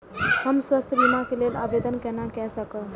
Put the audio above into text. हम स्वास्थ्य बीमा के लेल आवेदन केना कै सकब?